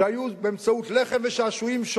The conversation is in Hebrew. ששלטו באמצעות לחם ושעשועים.